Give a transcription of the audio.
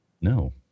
No